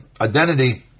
identity